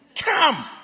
Come